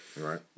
Right